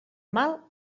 mal